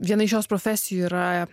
viena iš jos profesijų yra